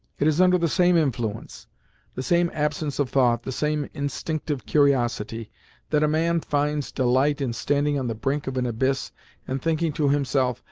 it is under the same influence the same absence of thought, the same instinctive curiosity that a man finds delight in standing on the brink of an abyss and thinking to himself,